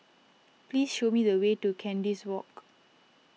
please show me the way to Kandis Walk